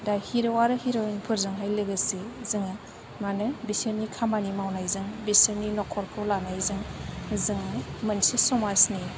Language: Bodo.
दा हिर' आरो हिर'इनफोरजोंहाय लोगोसे जोङो मानो बिसोरनि खामानि मावनायजों बिसोरनि नखरखौ लानायजों जों मोनसे समाजनि